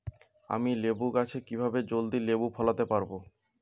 আমি লেবু গাছে কিভাবে জলদি লেবু ফলাতে পরাবো?